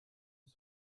ist